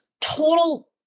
total